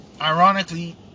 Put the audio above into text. ironically